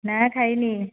ନା ଖାଇନି